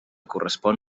correspon